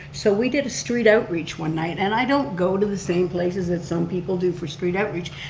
so we did a street outreach one night and i don't go to the same places that some people do for street outreach,